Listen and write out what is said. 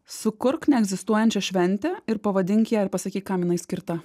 sukurk neegzistuojančią šventę ir pavadink ją ir pasakyk kam jinai skirta